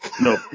no